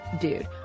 dude